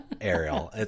Ariel